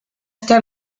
está